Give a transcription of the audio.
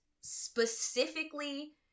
specifically